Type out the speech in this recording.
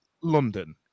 London